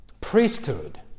priesthood